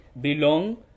belong